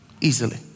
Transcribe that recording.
easily